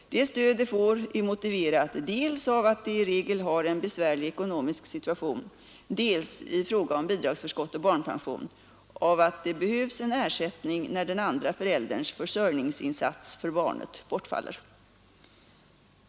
Det stöd de får är motiverat dels av att de i regel har en besvärlig ekonomisk situation, dels — i fråga om bidragsförskott och barnpension — av att det behövs en ersättning när den andra förälderns försörjningsinsats för barnet bortfaller.